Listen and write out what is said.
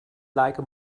like